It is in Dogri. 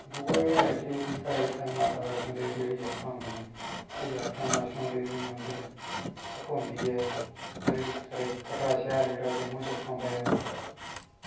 दूआ जेह्ड़ा कि इत्थें माता वैष्णो देवी दी जात्तरा औंदी ऐ एह् जात्तरा माता वैष्णो देवी मंदर तक्क होंदी ऐ जदके कटड़ा शैह्र जम्मू च पौंदा ऐ